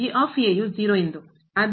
g ಎಂದು